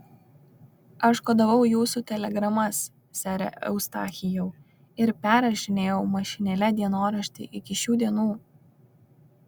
aš kodavau jūsų telegramas sere eustachijau ir perrašinėjau mašinėle dienoraštį iki šių dienų